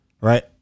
right